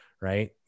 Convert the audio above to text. right